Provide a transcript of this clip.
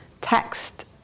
text